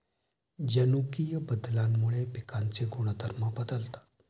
जनुकीय बदलामुळे पिकांचे गुणधर्म बदलतात